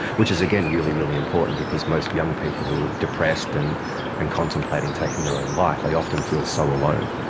which is again really really important because most young people who are depressed and and contemplating taking their own life, they often feel so alone.